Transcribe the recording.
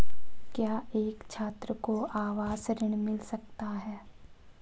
क्या एक छात्र को आवास ऋण मिल सकता है?